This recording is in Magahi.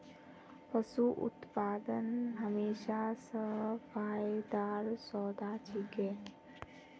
पशू उत्पादन हमेशा स फायदार सौदा छिके